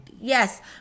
Yes